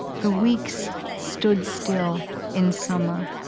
the weeks stood still in summer.